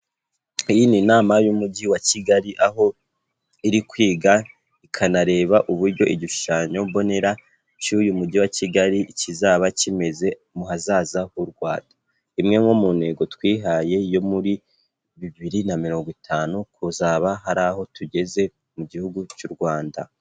Iyi ni inama y'umujyi wa Kigali, aho iri kwiga ikanareba uburyo igishushanyo mbonera cy'uyu mujyi wa Kigali kizaba kimeze mu hazaza h'u Rwanda. Imwe nko mu ntego twihaye yo muri bibiri na mirongo itanu, kuzaba hari aho tugeze mu gihugu cy'u Rwanda.